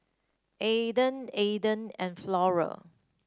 Aden Aden and Flora